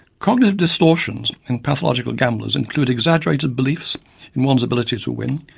cognitive distortions in pathological gamblers include exaggerated beliefs in one's ability to win,